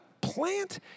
plant